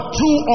two